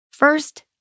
First